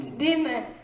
demon